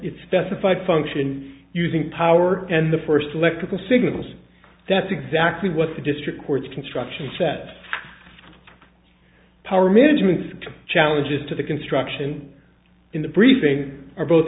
specified function using power and the first electrical signals that's exactly what the district court's construction set power management skill challenges to the construction in the briefing are both